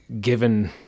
given